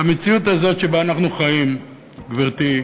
במציאות הזאת שבה אנחנו חיים, גברתי,